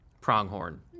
Pronghorn